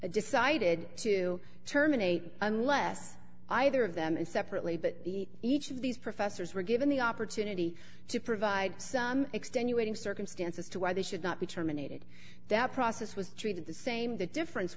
had decided to terminate unless either of them separately but the each of these professors were given the opportunity to provide some extenuating circumstances to why they should not be terminated that process was treated the same the difference